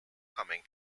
coming